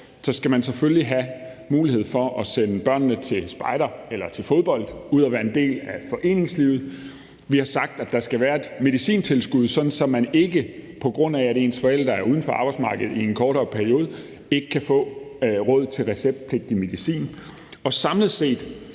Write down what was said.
selvfølgelig skal have mulighed for at sende børnene til spejder eller til fodbold, ud og være en del af foreningslivet. Vi har sagt, at der skal være et medicintilskud, sådan at man, selv om ens forældre er uden for arbejdsmarkedet i en kortere periode, kan få råd til receptpligtig medicin. Samlet set